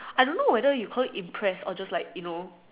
I don't know whether you call it impressed or just like you know